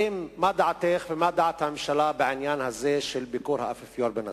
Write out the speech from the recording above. מה דעתך ומה דעת הממשלה בעניין הזה של ביקור האפיפיור בנצרת?